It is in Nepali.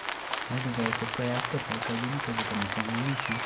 मैले गरेको प्रयासको फल कहिले न कहिले त म पाउने नै छु